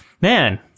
man